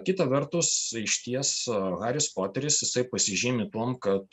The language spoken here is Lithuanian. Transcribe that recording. kita vertus išties haris poteris jisai pasižymi tuom kad